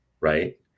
right